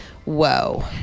Whoa